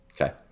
okay